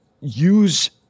use